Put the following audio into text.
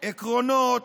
עקרונות,